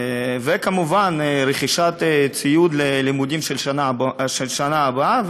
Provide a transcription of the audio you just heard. וכמובן רכישת ציוד ללימודים של שנה הבאה,